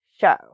show